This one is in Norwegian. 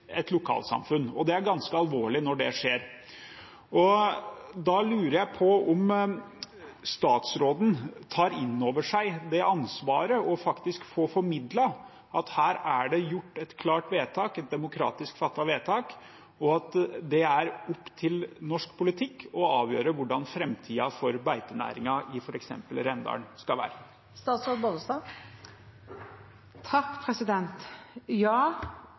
Det er ganske alvorlig når det skjer. Da lurer jeg på om statsråden tar inn over seg det ansvaret faktisk å få formidlet at her er det gjort et klart vedtak, et demokratisk fattet vedtak, og at det er opp til norsk politikk å avgjøre hvordan framtiden for beitenæringen i f.eks. Rendalen skal være. Ja, jeg som statsråd tar inn over meg det ansvaret. Og ja,